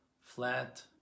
flat